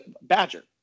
badger